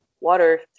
water